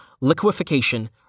liquefaction